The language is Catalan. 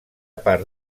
part